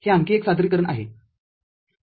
हे आणखी एक सादरीकरण आहे